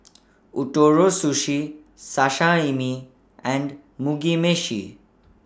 Ootoro Sushi Sashimi and Mugi Meshi